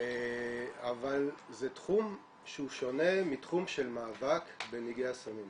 אבל זה תחום שהוא שונה מתחום של מאבק בנגעי הסמים,